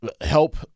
help